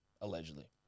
Allegedly